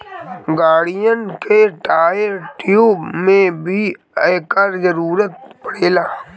गाड़िन के tyre, tube में भी एकर जरूरत पड़ेला